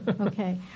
Okay